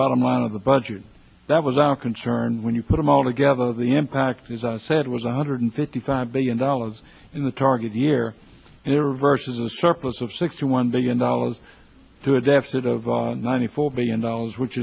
bottom line of the budget that was our concern when you put them all together the impact as i said was one hundred fifty five billion dollars in the target year there vs a surplus of sixty one billion dollars to a deficit of ninety four billion dollars which